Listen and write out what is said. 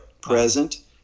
present